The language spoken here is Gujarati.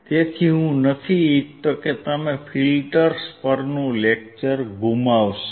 તેથી હું નથી ઇચ્છતો કે તમે ફિલ્ટર્સ પરનું લેકચર ગુમાવશો